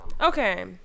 Okay